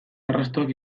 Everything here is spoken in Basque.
arrastoak